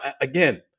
again